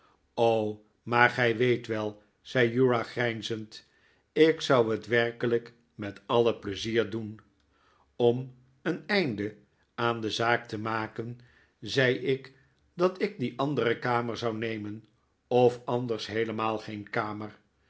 maar gij weet wel zei uriah grijnzend ik zou het werkelijk met alle pleizier doen om een einde aan de zaak te maken zei ik dat ik die andere kamer zou nemen of anders heelemaal geen kamer